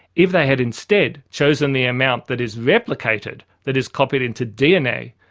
if they had instead chosen the amount that is replicated, that is copied into dna,